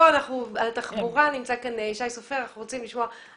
אנחנו רוצים לשמוע את